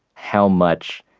how much,